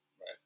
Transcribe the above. Right